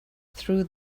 through